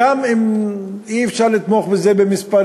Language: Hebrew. גם אם אי-אפשר לתמוך את זה במספרים,